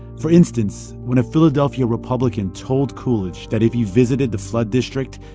for instance, when a philadelphia republican told coolidge that if he visited the flood district,